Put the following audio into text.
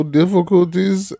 difficulties